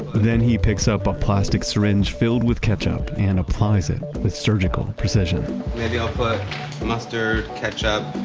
then he picks up a plastic syringe filled with ketchup and applies it with surgical precision maybe i'll put mustard, ketchup,